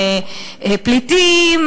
פליטים,